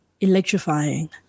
electrifying